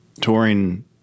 touring